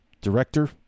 director